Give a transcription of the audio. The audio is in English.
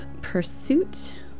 Pursuit